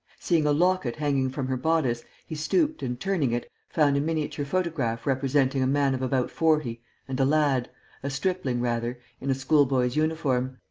seeing a locket hanging from her bodice, he stooped and, turning it, found a miniature photograph representing a man of about forty and a lad a stripling rather in a schoolboy's uniform.